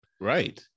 Right